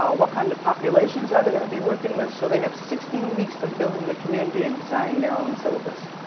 what kind of populations are they going to be working with. so they have sixteen weeks of building a community and designing their own syllabus.